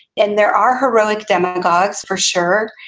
and there are heroic demagogues for sure,